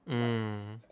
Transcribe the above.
mm